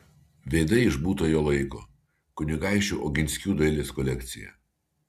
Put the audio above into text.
veidai iš būtojo laiko kunigaikščių oginskių dailės kolekcija